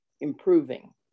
improving